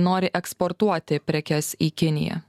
nori eksportuoti prekes į kiniją